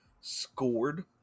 scored